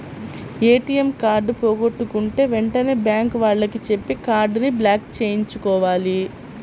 ATM card పోగొట్టుకుంటే వెంటనే bank వాళ్లకి చెప్పి కార్డుని బ్లాక్ చేయించుకోవాలి